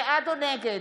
בעד או נגד?